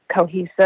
cohesive